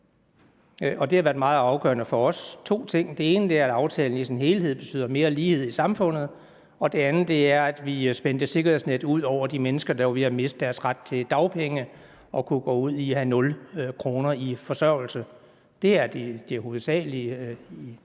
det har været to meget afgørende ting for os. Den ene er, at aftalen i sin helhed betyder mere lighed i samfundet, og den anden er, at vi spænder et sikkerhedsnet ud under de mennesker, der er ved at miste deres ret til dagpenge og kunne gå ud i at have 0 kr. til deres forsørgelse. Det er det hovedsagelige.